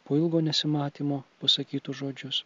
po ilgo nesimatymo pasakytus žodžius